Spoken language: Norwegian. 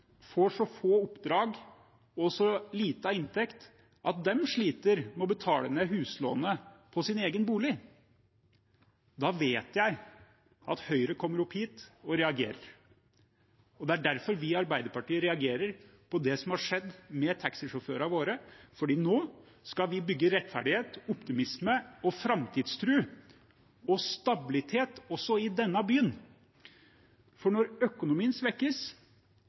får så få oppdrag og så liten inntekt at de sliter med å betale ned huslånet på sin egen bolig, da vet jeg at Høyre kommer opp hit og reagerer. Det er derfor vi Arbeiderpartiet reagerer på det som har skjedd med taxisjåførene våre, for nå skal vi bygge rettferdighet, optimisme, framtidstro og stabilitet også i denne byen. Når økonomien svekkes,